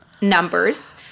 numbers